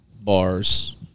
bars